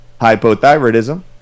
hypothyroidism